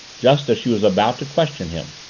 just as she was about to question him.